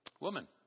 woman